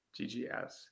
GGS